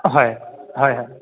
হয় হয় হয়